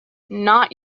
not